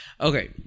Okay